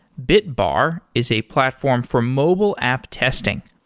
bitbar is a platform for mobile app testing.